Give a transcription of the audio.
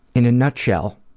in a nutshell,